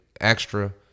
extra